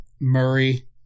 Murray